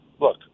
Look